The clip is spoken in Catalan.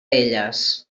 elles